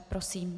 Prosím.